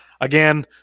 Again